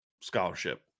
scholarship